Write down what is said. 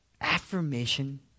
affirmation